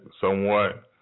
somewhat